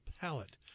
palette